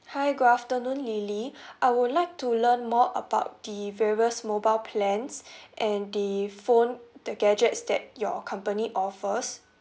hi good afternoon lily I would like to learn more about the various mobile plans and the phone the gadgets that your company offers